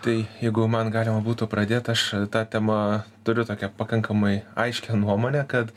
tai jeigu man galima būtų pradėt aš ta tema turiu tokią pakankamai aiškią nuomonę kad